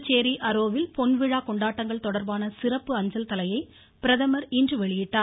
புதுச்சேரி அரோவில் பொன் விழா கொண்டாட்டங்கள் தொடர்பான சிறப்பு அஞ்சல் தலையை பிரதமர் இன்று வெளியிட்டார்